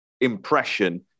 impression